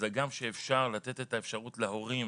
אז הגם שאפשר לתת את האפשרות להורים